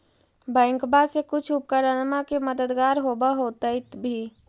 बैंकबा से कुछ उपकरणमा के मददगार होब होतै भी?